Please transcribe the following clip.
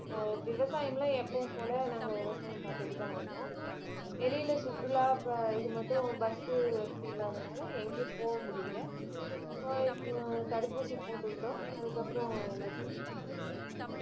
விவசாயமெலாம் எப்போவும் போல நாங்கள் விவசாயம் பார்த்துட்டு தான் இருந்தோம் வெளியில் சுற்றுலா ப இது மட்டும் பஸ்ஸு வசதி இல்லாததினால எங்கேயும் போக முடியல தடுப்பூசி போட்டுக்கிட்டோம் அதுக்கப்புறோம் எந்த பிரச்சினையும் இல்லை எங்களுக்கு